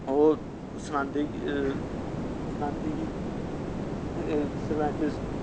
ओह् सनांदे कि सरपंच